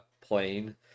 playing